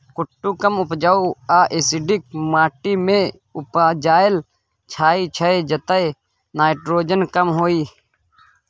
कुट्टू कम उपजाऊ आ एसिडिक माटि मे उपजाएल जाइ छै जतय नाइट्रोजन कम होइ